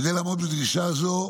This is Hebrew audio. כדי לעמוד בדרישה זו,